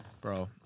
bro